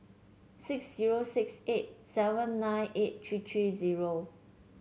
six zero six eight seven nine eight three three zero